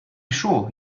sure